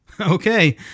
Okay